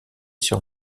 sur